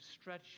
stretch